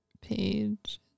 page